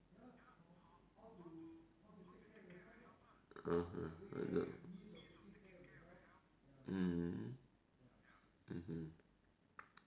(uh huh) mm mmhmm